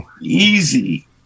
easy